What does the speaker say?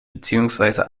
beziehungsweise